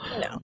No